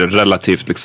relativt